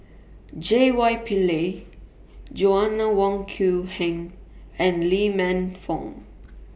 J Y Pillay Joanna Wong Quee Heng and Lee Man Fong